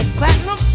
platinum